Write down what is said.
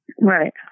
Right